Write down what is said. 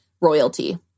royalty